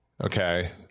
okay